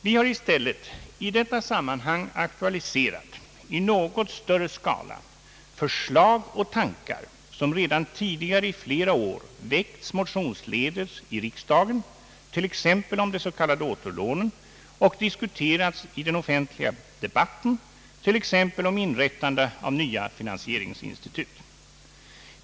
Vi har i stället i detta sammanhang aktualiserat, i något större skala, förslag och tankar som redan tidigare i flera år väckts motionsledes i riksdagen, t.ex. om de s.k. återlånen, och diskuterats i den offentliga debatten, t.ex. om inrättande av nya finansieringsinstitut.